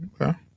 Okay